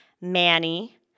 Manny